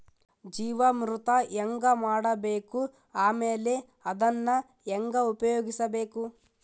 ಜೀವಾಮೃತ ಹೆಂಗ ಮಾಡಬೇಕು ಆಮೇಲೆ ಅದನ್ನ ಹೆಂಗ ಉಪಯೋಗಿಸಬೇಕು?